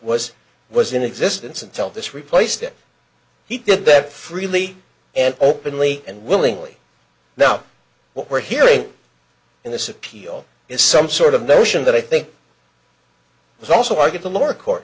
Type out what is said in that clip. was was in existence until this replaced it he did that freely and openly and willingly now what we're hearing in this appeal is some sort of notion that i think he's also argued the lower court